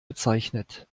bezeichnet